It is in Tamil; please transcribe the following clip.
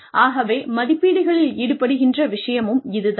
ஆகவே மதிப்பீடுகளில் ஈடுபடுகின்ற விஷயமும் இது தான்